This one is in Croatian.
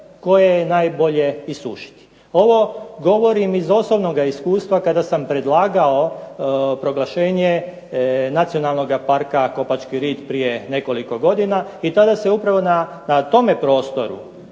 koje je najbolje isušiti. Ovo govorim iz osobnog iskustva kada sam predlagao proglašenje Nacionalnog parka Kopački rit prije nekoliko godina. I tada se upravo na tom prostoru